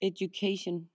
Education